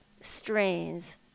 strains